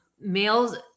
males